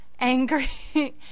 angry